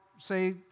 Say